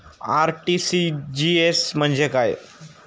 RTGS म्हणजे काय?